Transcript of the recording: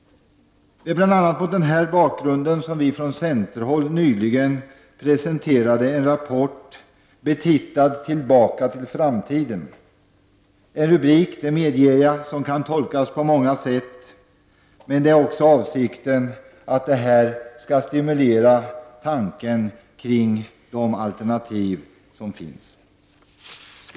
Det är bl.a. mot den bakgrunden som vi från centerhåll presenterat en rapport, betitlad ''Tillbaka till framtiden''. Det är en rubrik, det medger jag, som kan tolkas på många sätt, men avsikten är att rapporten skall stimulera tankarna kring de alternativ som finns.